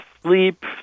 sleep